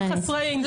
אינטרנט.